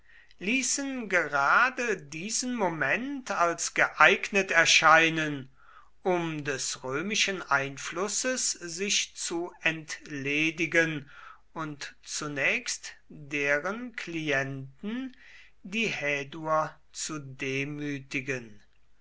ließen gerade diesen moment als geeignet erscheinen um des römischen einflusses sich zu entledigen und zunächst deren klienten die häduer zu demütigen